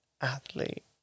Athlete